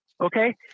Okay